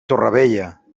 torrevella